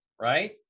right